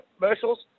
commercials